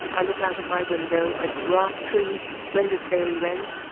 i look out of my window at grass trees and splendid fairy wrens,